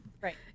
Right